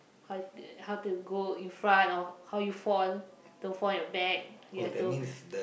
how how to go in front or how you fall don't fall on your back you have to